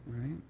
right